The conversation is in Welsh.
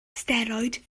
steroid